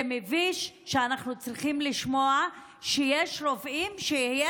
זה מביש שאנחנו צריכים לשמוע שיש רופאים שיהיה